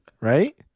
right